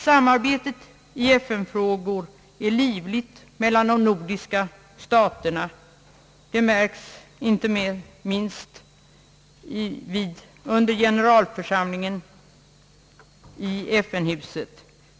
Samarbetet i FN-frågor är livligt mellan de nordiska staterna det märks inte minst hos generalförsamlingen i FN-huset.